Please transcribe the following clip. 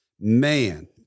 man